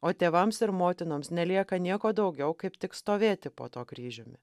o tėvams ir motinoms nelieka nieko daugiau kaip tik stovėti po tuo kryžiumi